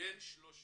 בין 30